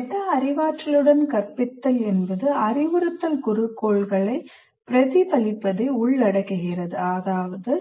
meta அறிவாற்றலுடன் கற்பித்தல் என்பது அறிவுறுத்தல் குறிக்கோள்களைப் பிரதிபலிப்பதை உள்ளடக்குகிறது அதாவது